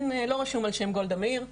לא רשום על שם גולדה מאיר.